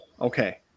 Okay